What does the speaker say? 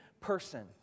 person